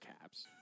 caps